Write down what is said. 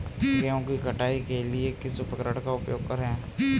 गेहूँ की कटाई करने के लिए किस उपकरण का उपयोग करें?